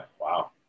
Wow